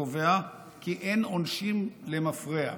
קובע כי "אין עונשין למפרע".